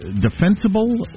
defensible